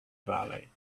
valley